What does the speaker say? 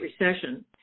recession